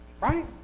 Right